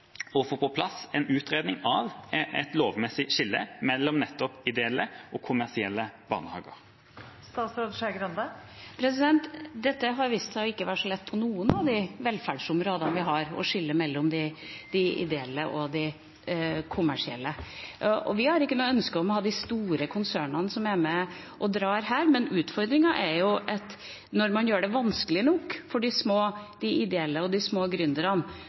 på plass en utredning av et lovmessig skille mellom nettopp ideelle og kommersielle barnehager. Å skille mellom de ideelle og de kommersielle har vist seg ikke å være så lett på noen av velferdsområdene vi har. Vi har ikke noe ønske om å ha de store konsernene som er med og drar her, men utfordringen er at når man gjør det vanskelig nok for de små, de ideelle og de små